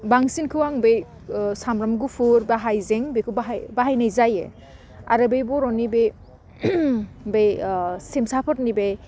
बांसिनखौ आं बै सामब्राम गुफुर बा हाइजें बेखौ बाहायनाय जायो आरो बै बर'नि बे बे सिमसाफोरनि बे